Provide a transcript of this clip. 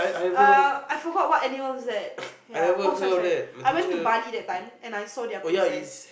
uh I forgot what animal is that ya oh sorry sorry I went to Bali that time and I saw their process